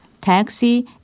taxi